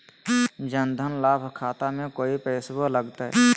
जन धन लाभ खाता में कोइ पैसों लगते?